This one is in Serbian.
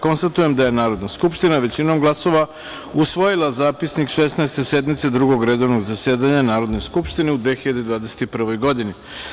Konstatujem da je Narodna skupština većinom glasova usvojila Zapisnik Šesnaeste sednice Drugog redovnog zasedanja Narodne skupštine u 2021. godini.